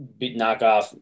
knockoff